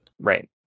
right